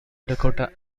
dakota